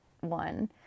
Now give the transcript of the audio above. one